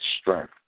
strength